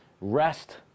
Rest